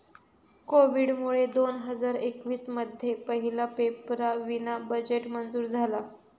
कोविडमुळे दोन हजार एकवीस मध्ये पहिला पेपरावीना बजेट मंजूर झाला